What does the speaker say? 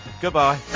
goodbye